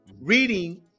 reading